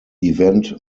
event